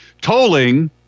Tolling